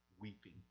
weeping